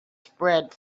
spread